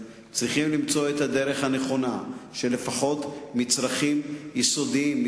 צריכים למצוא את הדרך הנכונה שלפחות מצרכים יסודיים,